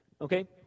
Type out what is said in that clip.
okay